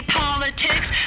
politics